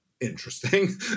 interesting